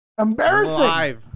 Embarrassing